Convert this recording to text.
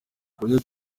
kurya